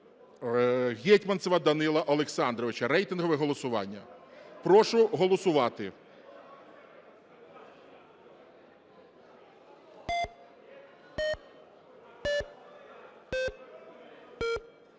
Гетманцева Данила Олександровича. Рейтингове голосування. Прошу голосувати.